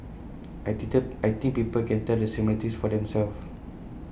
I I think people can tell the similarities for themselves